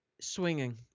swinging